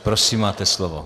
Prosím, máte slovo.